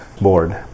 board